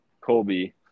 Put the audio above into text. Colby